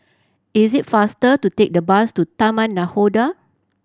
is it faster to take the bus to Taman Nakhoda